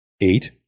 Eight